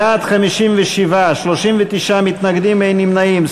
בעד, 57, נגד, 39, אין נמנעים.